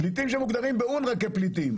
שמוגדרים באונר"א כפליטים.